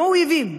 לא האויבים,